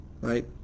right